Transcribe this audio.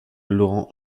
laurent